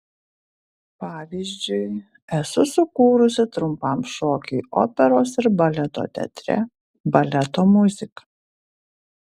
pavyzdžiui esu sukūrusi trumpam šokiui operos ir baleto teatre baleto muziką